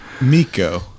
Miko